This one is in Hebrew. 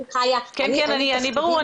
ברור.